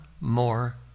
more